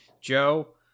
Joe